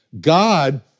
God